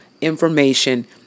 information